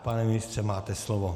Pane ministře, máte slovo.